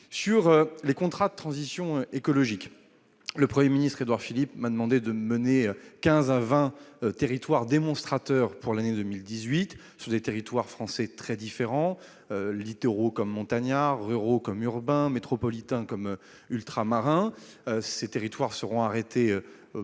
sur les contrats de transition écologique. Le Premier ministre Édouard Philippe m'a demandé de retenir 15 à 20 territoires démonstrateurs pour l'année 2018. Il s'agira de territoires français très différents : littoraux comme montagnards, ruraux comme urbains, métropolitains comme ultramarins. La liste de ces territoires sera arrêtée